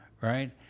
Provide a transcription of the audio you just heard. Right